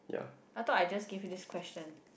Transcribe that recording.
I thought I just gave you this question